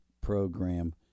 program